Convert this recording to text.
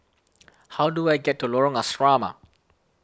how do I get to Lorong Asrama